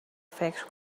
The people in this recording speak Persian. فکر